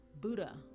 Buddha